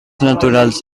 naturals